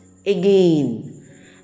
again